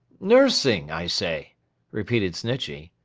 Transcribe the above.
nursing, i say repeated snitchey.